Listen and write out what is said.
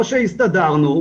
או שהסתדרנו,